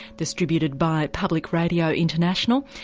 distributed by public radio international.